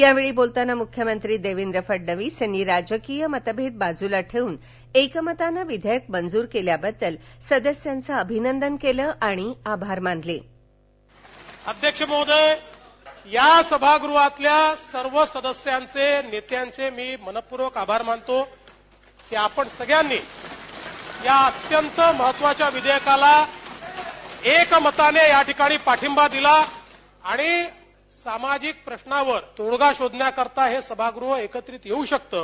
यावेळी बोलताना मुख्यमंत्री देवेंद्र फडणवीस यांनी राजकीय मतभेद बाजला ठेऊन एकमताने विधेयक मंजर केल्याबद्दल सदस्यांच अभिनंदन केलं आणि आभार मानले अध्यक्ष महोदय या सभागृहातल्या सर्व सदस्यांचे नेत्यांचे मी मनःपूर्वक आभार मानतो की आपण सगळ्यांनी या अत्यंत महत्वाच्या विधेयकाला एकमातानं या ठिकाणी पाठिंबा दिला आणि सामाजिक प्रश्नावर तोडगा शेधण्याकरिता हे सभागृह एकत्रित येउ शकतं